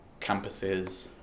campuses